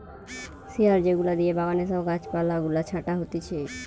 শিয়ার যেগুলা দিয়ে বাগানে সব গাছ পালা গুলা ছাটা হতিছে